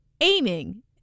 aiming